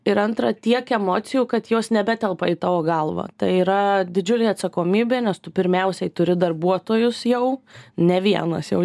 ir antra tiek emocijų kad jos nebetelpa į tavo galvą tai yra didžiulė atsakomybė nes tu pirmiausiai turi darbuotojus jau ne vienas jau